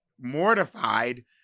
mortified